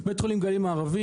לגבי בית חולים גליל מערבי,